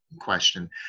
question